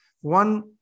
One